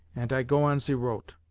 ant i go on ze roat.